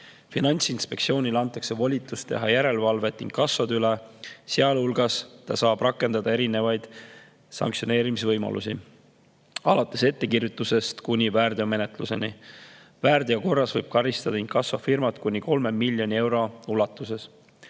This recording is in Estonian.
Finantsinspektsioonile antakse volitus teha järelevalvet inkassode üle, sealhulgas saab ta rakendada erinevaid sanktsioneerimise võimalusi, alates ettekirjutusest kuni väärteomenetluseni. Väärteo korras võib karistada inkassofirmat kuni 3 miljoni euro ulatuses.